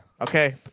Okay